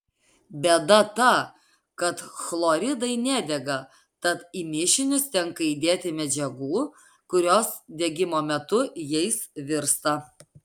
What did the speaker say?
bėda ta kad chloridai nedega tad į mišinius tenka įdėti medžiagų kurios degimo metu jais virsta